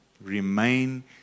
remain